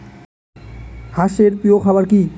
হাঁস এর প্রিয় খাবার কি?